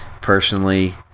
personally